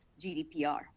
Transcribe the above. GDPR